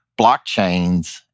blockchains